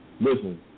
listen